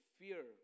fear